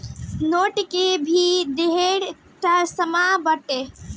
note के भी ढेरे तमासा बाटे